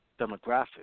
demographic